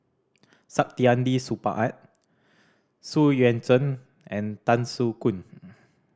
Saktiandi Supaat Xu Yuan Zhen and Tan Soo Khoon